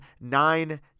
nine –